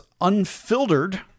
unfiltered